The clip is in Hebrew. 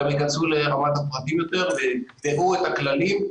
גם יכנסו לרמת הפרטים ויקבעו את הכללים,